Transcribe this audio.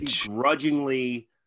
Grudgingly